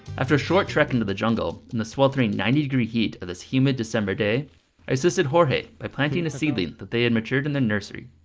after a shot track into the jungle in the sweltering ninety degree heat of this humid december day i assisted jorge by planting a seedling that they had matured in the nursery